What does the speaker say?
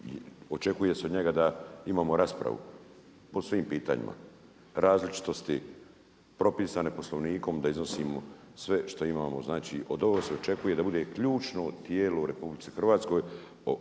očekuje se od njega da imamo raspravu po svim pitanjima različitosti, propisane Poslovnikom da iznosimo sve što imamo. Znači od ovog se očekuje da bude ključno tijelo u Republici Hrvatskoj